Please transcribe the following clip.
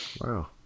Wow